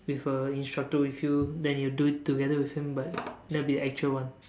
with a instructor with you then you will do it together with him but that will be the actual one